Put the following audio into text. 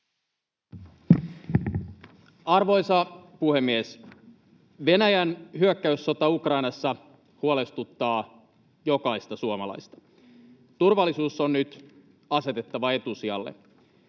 Arvoisa puhemies! Venäjän hyökkäyssota Ukrainassa huolestuttaa jokaista suomalaista. Turvallisuus on nyt asetettava etusijalle.